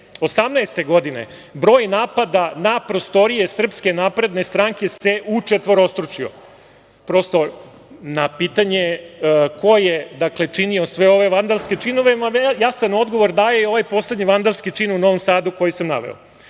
2018. godine broj napada na prostorije SNS se učetvorostručio. Na pitanje ko je činio sve ove vandalske činove, jasan odgovor daje i ovaj poslednji vandalski čin u Novom Sadu koji sam naveo.